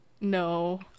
no